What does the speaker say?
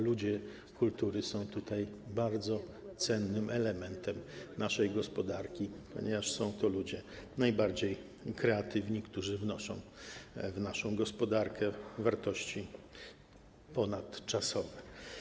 Ludzie kultury są bardzo cennym elementem naszej gospodarki, ponieważ są to ludzie najbardziej kreatywni, którzy wnoszą w naszą gospodarkę wartości ponadczasowe.